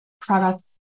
product